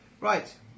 Right